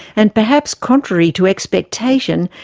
and perhaps contrary to expectation,